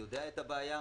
יודע את הבעיה.